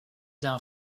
d’un